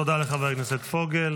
תודה לחבר הכנסת פוגל.